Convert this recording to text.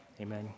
Amen